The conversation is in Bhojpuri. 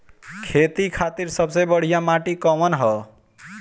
खेती खातिर सबसे बढ़िया माटी कवन ह?